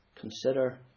Consider